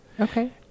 Okay